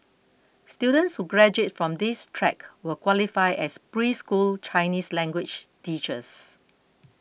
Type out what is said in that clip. students who graduate from this track will qualify as preschool Chinese language teachers